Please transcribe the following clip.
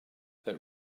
that